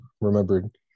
remembered